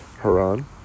Haran